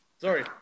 Sorry